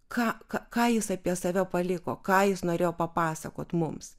ką ką jis apie save paliko ką jis norėjo papasakot mums